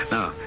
Now